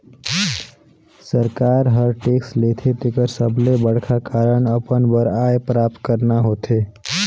सरकार हर टेक्स लेथे तेकर सबले बड़खा कारन अपन बर आय प्राप्त करना होथे